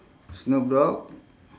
snoop dogg